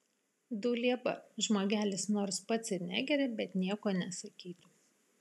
dulieba žmogelis nors pats ir negeria bet nieko nesakytų